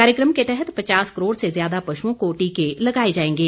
कार्यक्रम के तहत पचास करोड़ से ज्यादा पशुओं को टीके लगाए जाएंगे